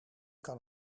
kan